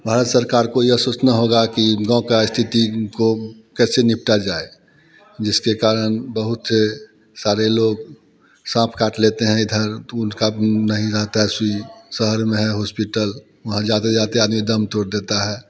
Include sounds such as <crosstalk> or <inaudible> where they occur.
भारत सरकार को यह सोचना होगा कि गाँव की स्थिति को कैसे निपटा जाए जिसके कारण बहुत सारे लोग साँप काट लेते हैं इधर तो उनका <unintelligible> नहीं जाता है शहर में है हॉस्पिटल वहाँ जाते जाते आदमी दम तोड़ देता है